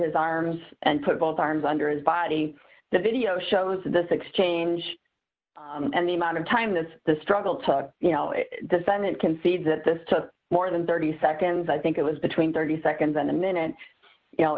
his arms and put both arms under his body the video shows this exchange and the amount of time this the struggle took you know defendant concedes that this took more than thirty seconds i think it was between thirty seconds and a minute you know